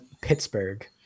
Pittsburgh